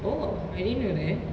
oh I didn't know that